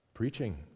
preaching